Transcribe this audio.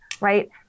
right